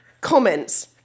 Comments